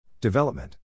Development